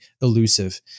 elusive